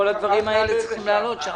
כל הדברים האלה צריכים לעלות שם.